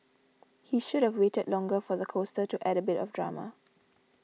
he should have waited longer for the coaster to add a bit of drama